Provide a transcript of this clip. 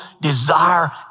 desire